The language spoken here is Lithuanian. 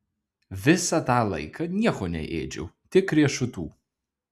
visą tą laiką nieko neėdžiau tik riešutų